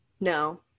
no